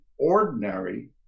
ordinary